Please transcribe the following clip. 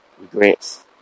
Regrets